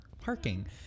parking